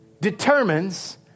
determines